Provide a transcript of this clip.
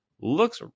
looks